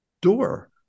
door